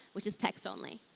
which is text only.